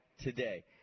today